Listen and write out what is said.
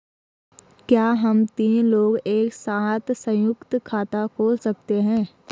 क्या हम तीन लोग एक साथ सयुंक्त खाता खोल सकते हैं?